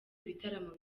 ibitaramo